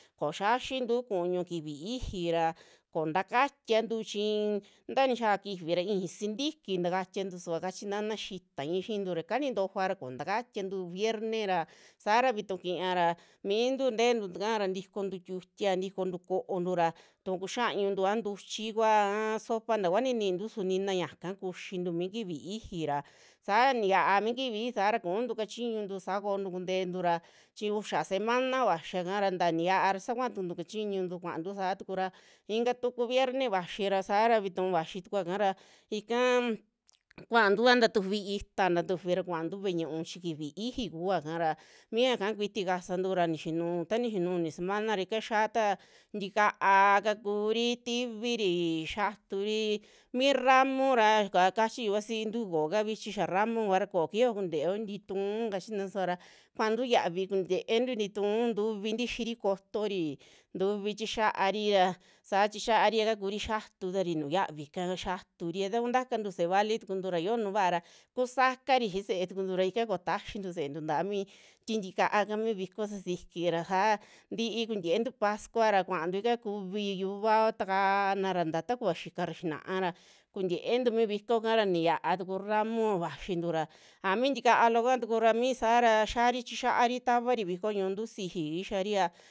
Koo xia xintu kuñu kifi ixi ra, koo takatiantu chii ta viyaa kifi ra ixi sintiki takatiantu suva kachi nanan xitai xiintu ra yaka nintoja ra koo takatiantu vieren ra saara vituu kiya ra mintu nteentu takara tikontu tiutia, tikontu ko'onu ra tu'u kuxiañuntu a ntuchi kua a sopa takua ninintu su nina yaka kuxintu mi kifi ixi ra tani yaa mi kifi ixi saara kuntu kachiñuntu saa koontu kuntentu ra chi uxa semana vaxia kara taniyaa ra sakuaa tukuntu kachiñuntu kuantu saa tukura, inka tuku vierne vaxii ra saara vituu vaxi tukua kaa ra ikaa kuantu a ntatufi itaa, ntatufi ra kuantu ve'e ñúu chi kifi ixi kuva ikara miya ika kuiti kasantu ra nixinu, ta nixinu uni semana ra ika xiaata ntikaa kakuri tivirii xiaturi, mi ramo ra kuva kachi yuvasintu koo ka vichi xaa ramo kuara koo kijiyo kuntieo ntituu kachina suvara kuantu xiavi kuntientu ntituu ntuvi tixiri kotori, ntuvi chixiari ya saa tixiaria kakuri xiatutari nuju xiavi ka, xiaturi takuu takantu se'e vali tukuntu ra xio nuu va'ara kusakari xii se'e tukuntura ika koo taxintu se'entu taa mi ti'i ntikaa ka mi viko sasiki ra saa ntii kuntientu pascua ra kuaantu ika kuvi yiuvao takaanara, ntaa takuva xikara xinaa ra kuntieentu mi viko kara niyaa tuku ramo vaxintu ra aa mi ntika looka tuku ra misaa ra xiari chixaari tavari viko ñu'untu siji kixari aa.